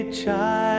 child